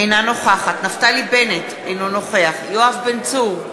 אינה נוכחת נפתלי בנט, אינו נוכח יואב בן צור,